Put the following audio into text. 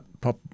pop